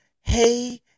hey